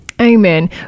Amen